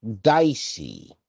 dicey